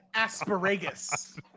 Asparagus